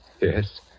Yes